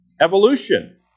evolution